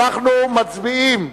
אנחנו מצביעים.